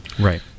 Right